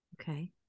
Okay